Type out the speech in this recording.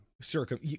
Circum